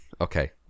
Okay